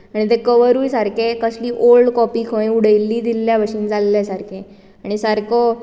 आनी ते कवरुय सारकें कसली ओल्ड कॉपी खंय उडयल्ली दिल्या बाशेन जाल्ले सारकें आनी सारको